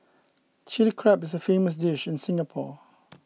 Chilli Crab is a famous dish in Singapore